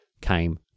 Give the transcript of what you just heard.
came